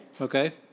Okay